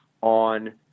on –